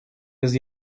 без